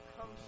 come